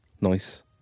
Nice